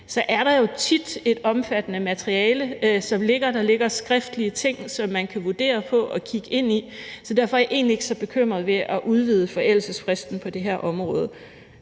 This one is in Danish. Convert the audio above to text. ligger der jo tit et omfattende materiale. Der ligger skriftlige ting, som man kan vurdere på og kigge på. Så derfor er jeg egentlig ikke så bekymret for at udvide forældelsesfristen på det her område.